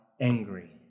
angry